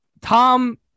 Tom